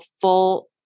full